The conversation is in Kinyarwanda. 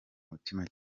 mutima